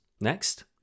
Next